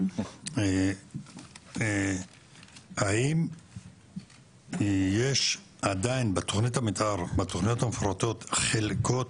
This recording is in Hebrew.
האם יש עדיין בתוכניות המפורטות חלקות